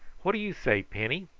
what do you say, penny?